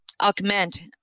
augment